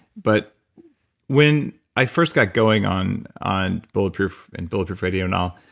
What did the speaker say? but when i first got going on on bulletproof and bulletproof radio and all,